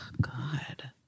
God